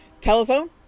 Telephone